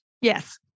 Yes